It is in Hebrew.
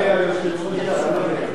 גלעד, תרחם עלינו,